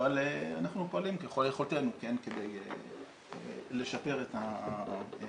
אבל אנחנו פועלים ככל יכולתנו כדי לשפר את המצב.